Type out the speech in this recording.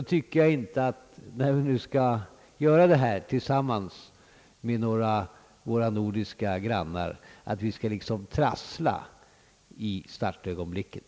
När vi nu skall göra detta tillsammans med våra nordiska grannar tycker jag inte att vi skall trassla i startögonblicket.